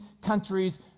countries